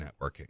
networking